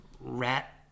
rat